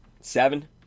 Seven